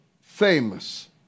famous